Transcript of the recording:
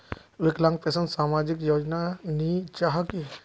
विकलांग पेंशन सामाजिक योजना नी जाहा की?